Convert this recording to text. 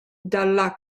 dalla